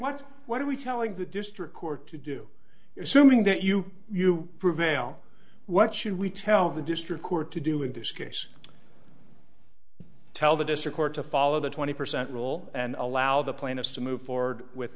what what are we telling the district court to do is zooming that you you prevail what should we tell the district court to do induce case tell the district court to follow the twenty percent rule and allow the plaintiffs to move forward with